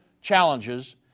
challenges